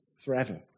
forever